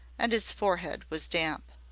and his forehead was damp.